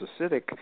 acidic